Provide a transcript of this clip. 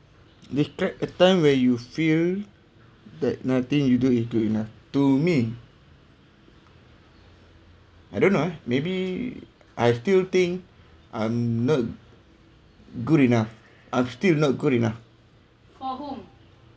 describe a time where you feel that nothing you do is good enough to me I don't know maybe I still think I'm not good enough I'm still not good enough